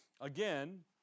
again